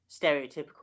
stereotypical